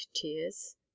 tears